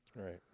Right